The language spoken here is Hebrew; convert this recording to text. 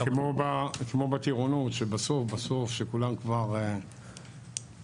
זה כמו בטירונות שבסוף כשכולם כבר עייפים,